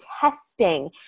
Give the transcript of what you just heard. testing